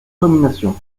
nomination